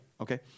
Okay